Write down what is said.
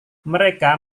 mereka